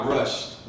rushed